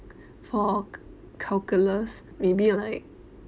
for calculus maybe like